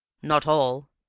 not all.